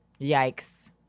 Yikes